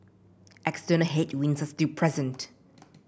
external headwinds are still present